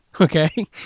Okay